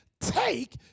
take